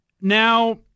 Now